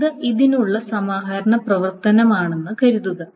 ഇത് ഇതിനുള്ള സമാഹരണ പ്രവർത്തനമാണെന്ന് കരുതുക